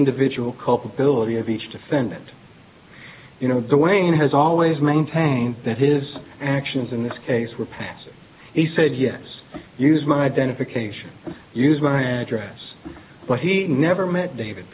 individual culpability of each defendant you know the way it has always maintained that his actions in this case were passive he said yes use my identification use my address but he never met david